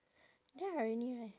damn irony right